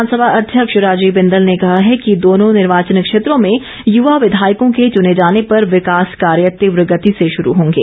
विधानसभा अध्यक्ष राजीव बिंदल ने कहा है कि दोनों निर्वाचन क्षेत्रों में युवा विधायकों के चुने जाने पर विकास कार्य तीव्र गति से शुरू होंगे